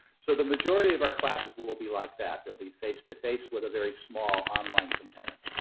so the majority of our classes will will be like that. they'll be face-to-face with a very small online component.